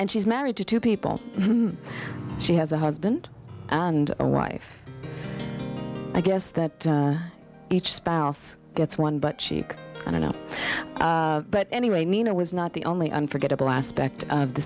and she's married to two people she has a husband and a wife i guess that each spouse gets one butt cheek i don't know but anyway i mean it was not the only unforgettable aspect of the